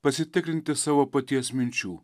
pasitikrinti savo paties minčių